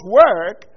work